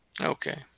Okay